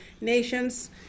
nations